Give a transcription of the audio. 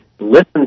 listen